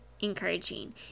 encouraging